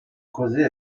causer